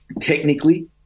technically